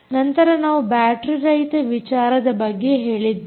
ನಂತರ ನಾನು ಬ್ಯಾಟರೀ ರಹಿತ ವಿಚಾರದ ಬಗ್ಗೆ ಹೇಳಿದ್ದೇನೆ